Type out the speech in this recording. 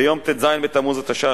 ביום ט"ז בתמוז התשע"א,